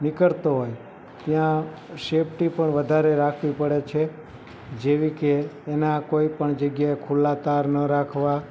નીકળતો હોય ત્યાં સેફ્ટી પણ વધારે રાખવી પડે છે જેવી કે એનાં કોઇપણ જગ્યાએ ખુલ્લા તાર ન રાખવા